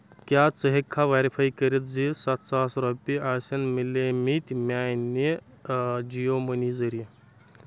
کیٛاہ ژٕ ہٮ۪ککھا ویرِفاے کٔرِتھ زِ ستھ ساس رۄپیہِ آسَن مِلے مٕتۍ میانہِ جِیو مٔنی ذٔریعہٕ